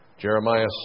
Jeremiah